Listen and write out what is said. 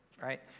right